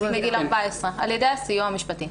כן, על ידי הסיוע המשפטי.